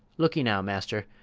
look'ee now, master,